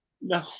No